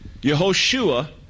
Yehoshua